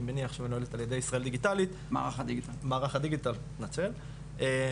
אני מניח שמנוהלת על ידי מערך הדיגיטל והיא באמת,